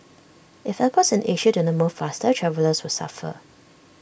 if airports in Asia do not move faster travellers will suffer